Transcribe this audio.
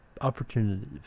opportunities